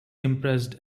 impressed